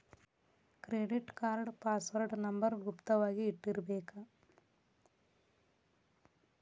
credit card password number ಗುಪ್ತ ವಾಗಿ ಇಟ್ಟಿರ್ಬೇಕ